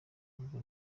ubwo